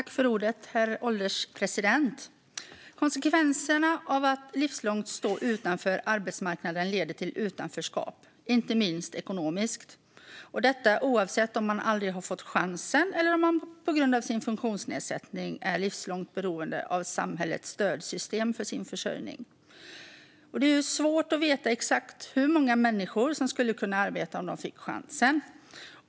Herr ålderspresident! Att livslångt stå utanför arbetsmarknaden leder till utanförskap, inte minst ekonomiskt, oavsett om man aldrig har fått chansen eller om man på grund av sin funktionsnedsättning är livslångt beroende av samhällets stödsystem för sin försörjning. Det är svårt att veta exakt hur många människor som skulle kunna arbeta om de fick chansen.